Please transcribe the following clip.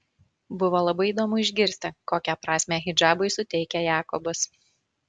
buvo labai įdomu išgirsti kokią prasmę hidžabui suteikia jakobas